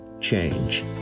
change